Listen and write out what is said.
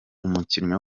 umukinnyi